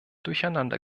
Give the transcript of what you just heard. durcheinander